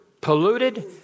polluted